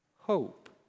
hope